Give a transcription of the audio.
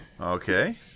Okay